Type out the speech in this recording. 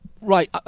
Right